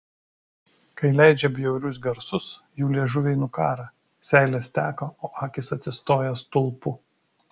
kai leidžia bjaurius garsus jų liežuviai nukąrą seilės teka o akys atsistoja stulpu